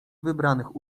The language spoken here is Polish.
wybranych